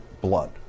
blood